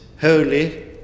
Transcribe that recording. holy